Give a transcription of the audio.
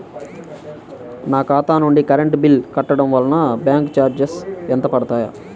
నా ఖాతా నుండి కరెంట్ బిల్ కట్టడం వలన బ్యాంకు చార్జెస్ ఎంత పడతాయా?